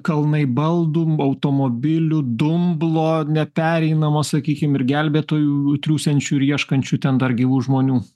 kalnai baldų automobilių dumblo nepereinamo sakykim ir gelbėtojų triūsiančių ir ieškančių ten dar gyvų žmonių